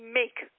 make